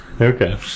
Okay